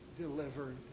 delivered